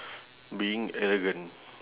being arrogant